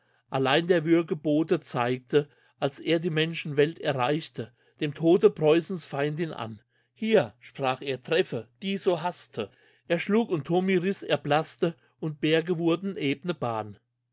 allein der würgebote zeigte als er die menschenwelt erreichte dem tode preußens feindinn an hier sprach er treffe die so haßte er schlug und tomiris erblasste und berge wurden ebne bahn